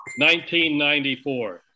1994